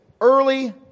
early